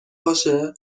باشه